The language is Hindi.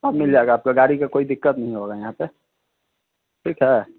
सब मिल जाएगा आपको गाड़ी के कोई दिक्कत नहीं होगा यहाँ पर ठीक है